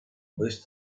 west